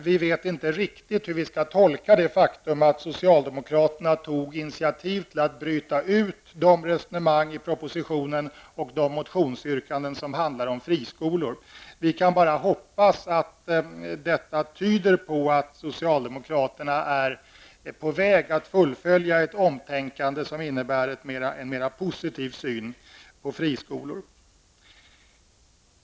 Vi vet inte riktigt hur vi skall tolka det faktum att socialdemokraterna tog initiativ till att bryta ut de resonemang i propositionen och de motionsyrkanden som handlar om friskolor. Vi kan bara hoppas att detta tyder på att socialdemokraterna är på väg att fullfölja ett omtänkande som innebär en mera positiv syn på friskolor.